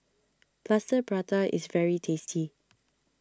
Plaster Prata is very tasty